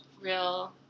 real